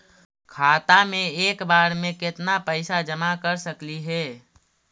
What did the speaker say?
खाता मे एक बार मे केत्ना पैसा जमा कर सकली हे?